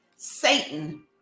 Satan